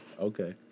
Okay